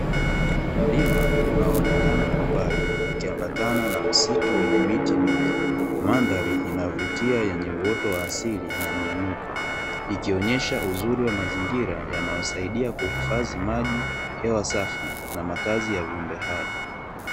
Mlima unaonekna kwa mbali ukiambatana na msitu we nye miti mandhari inayoonyesha uoto wa asili na miinuko, ikionyesha uzuri wa mazingira yanayosaidia kuhifadhi maji hewa safi na makazi ya viumbe hai.